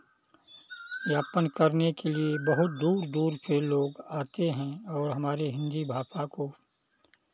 यापन करने के लिए बहुत दूर दूर से लोग आते हैं और हमारे हिन्दी भाषा को